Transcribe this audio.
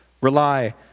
rely